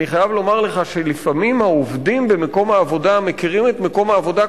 אני חייב לומר לך שלפעמים העובדים במקום העבודה מכירים את מקום העבודה,